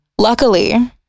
luckily